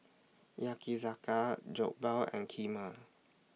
Yakizakana Jokbal and Kheema